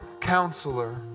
Counselor